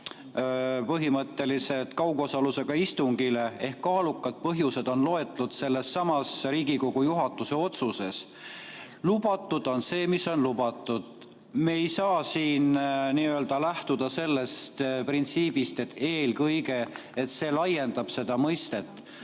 minna üle kaugosalusega istungile ehk kaalukad põhjused on loetletud sellessamas Riigikogu juhatuse otsuses. Lubatud on see, mis on lubatud. Me ei saa siin lähtuda sellest printsiibist, et see "eelkõige" laiendab seda mõistet.